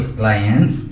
clients